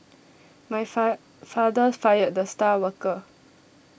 my fire father fired the star worker